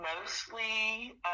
mostly